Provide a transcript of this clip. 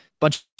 Bunch